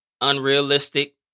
unrealistic